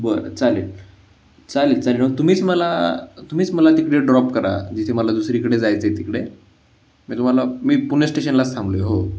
बरं चालेल चालेल चालेल मग तुम्हीच मला तुम्हीच मला तिकडे ड्रॉप करा जिथे मला दुसरीकडे जायचं आहे तिकडे मी तुम्हाला मी पुणे स्टेशनलाच थांबलो आहे हो